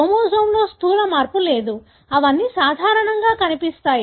క్రోమోజోమ్లో స్థూల మార్పు లేదు అవన్నీ సాధారణంగా కనిపిస్తాయి